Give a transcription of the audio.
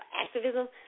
activism